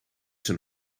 zijn